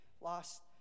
lost